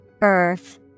Earth